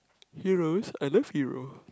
Heroes I love Hero